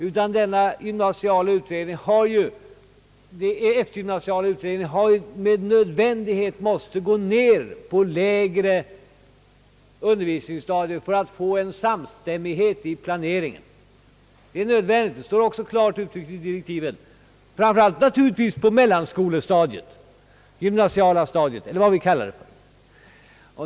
Denna eftergymnasiala utredning har varit tvungen att ta upp frågan om de lägre undervisningsstadierna för att få en samstämmighet vid planeringen. Det är nödvändigt att så sker, och det står klart uttryckt i direktiven. Det gäller naturligtvis framför allt mellanskolestadiet eller det gymnasiala stadiet — eller vad vi kallar det för.